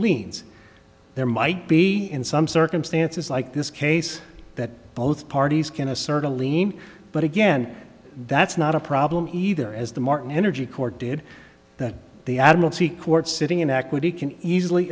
liens there might be in some circumstances like this case that both parties can assert aleem but again that's not a problem either as the martin energy court did that the a